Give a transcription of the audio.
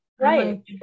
Right